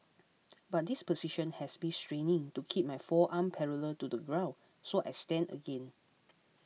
but this position has be straining to keep my forearm parallel to the ground so I stand again